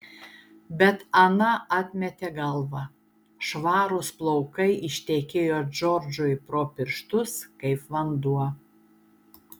bet ana atmetė galvą švarūs plaukai ištekėjo džordžui pro pirštus kaip vanduo